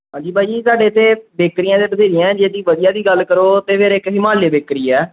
ਹਾਂਜੀ ਬਾਈ ਜੀ ਸਾਡੇ ਇੱਥੇ ਬੇਕਰੀਆਂ ਤਾਂ ਬਥੇਰੀਆਂ ਜੇ ਤੁਸੀਂ ਵਧੀਆ ਦੀ ਗੱਲ ਕਰੋ ਤਾਂ ਫਿਰ ਇੱਕ ਹਿਮਾਲੇ ਬੇਕਰੀ ਹੈ